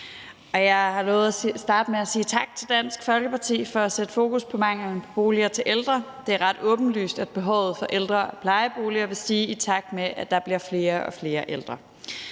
Jeg har også lovet at starte med at sige tak til Dansk Folkeparti for at sætte fokus på manglen på boliger til ældre. Det er ret åbenlyst, at behovet for ældre- og plejeboliger vil stige, i takt med at der bliver flere og flere ældre.